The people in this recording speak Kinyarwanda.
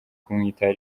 kumwitaho